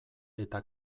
eta